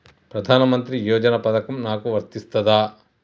ప్రధానమంత్రి యోజన పథకం నాకు వర్తిస్తదా?